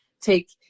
take